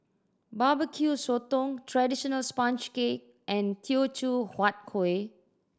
Barbecue Sotong traditional sponge cake and Teochew Huat Kueh